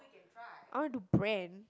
I want to do brand